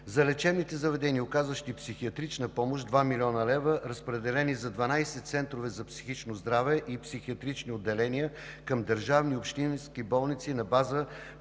За лечебните заведения, оказващи психиатрична помощ – 2 млн. лв., разпределени за 12 центрове за психично здраве и психиатрични отделения към държавни и общински болници на база